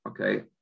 okay